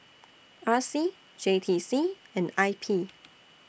R C J T C and I P